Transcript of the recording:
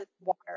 water